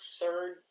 third